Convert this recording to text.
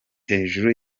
hejuru